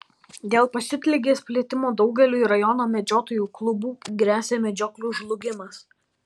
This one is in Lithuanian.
dėl pasiutligės plitimo daugeliui rajono medžiotojų klubų gresia medžioklių žlugimas